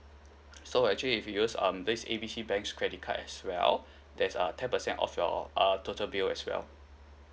so actually if you use um this A B C banks credit card as well there's a ten percent off your uh total bill as well